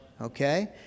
okay